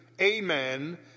amen